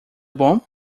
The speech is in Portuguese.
bom